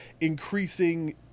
increasing